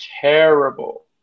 terrible